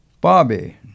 Bobby